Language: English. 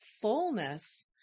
fullness